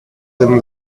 them